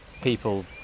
people